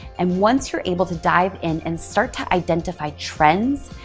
and once you're able to dive in and start to identify trends,